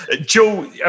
Joe